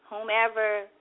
whomever